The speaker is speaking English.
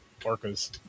orcas